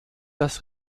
das